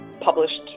published